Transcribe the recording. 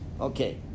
Okay